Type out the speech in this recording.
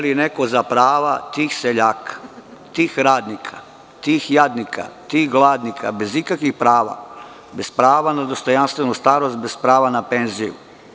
Pita li neko za prava tih seljaka, tih radnika, tih jadnika, tih gladnika, bez ikakvih prava, bez prava na dostojanstvenu starost, bez prava na penziju?